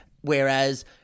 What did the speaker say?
Whereas